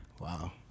Wow